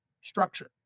structure